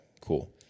cool